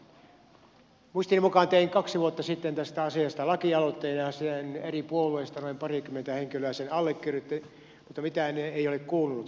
muistini mukaan tein kaksi vuotta sitten tästä asiasta lakialoitteen ja eri puolueista noin parikymmentä henkilöä sen allekirjoitti mutta mitään ei ole kuulunut